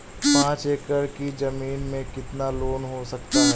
पाँच एकड़ की ज़मीन में कितना लोन हो सकता है?